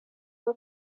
aba